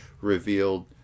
revealed